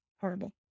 horrible